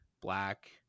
black